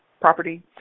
property